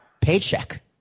paycheck